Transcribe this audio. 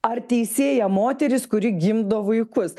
ar teisėja moteris kuri gimdo vaikus